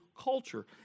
culture